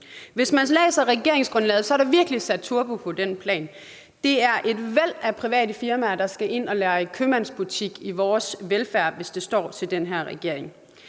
Hvis man læser regeringsgrundlaget, kan man se, at der virkelig er sat turbo på den plan. Det er et væld af private firmaer, der skal ind at lege købmandsbutik i vores velfærd, hvis det står til den her regering.